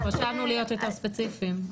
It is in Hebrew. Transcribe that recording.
חשבנו להיות יותר ספציפיים.